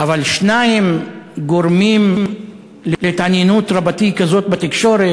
אבל שניים גורמים להתעניינות רבתי כזאת בתקשורת,